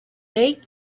cake